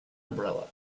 umbrella